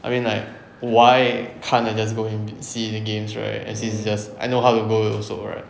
I mean like why can't I just go in and see the games right as in it's just I know how to go also right